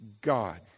God